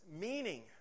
meaning